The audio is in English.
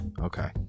Okay